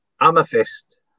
amethyst